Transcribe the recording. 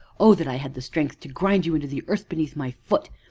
oh, that i had the strength to grind you into the earth beneath my foot.